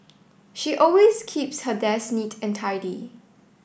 she always keeps her desk neat and tidy